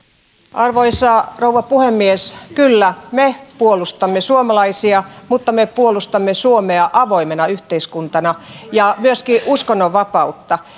arvoisa rouva puhemies kyllä me puolustamme suomalaisia mutta me puolustamme suomea avoimena yhteiskuntana ja myöskin uskonnonvapautta